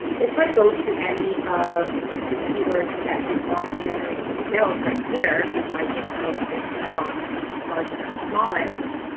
if i go to any of the keywords that did not generate me sales right here, if i just sort this from largest to smallest,